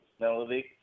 Melody